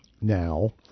now